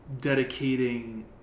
dedicating